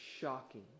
shocking